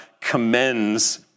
commends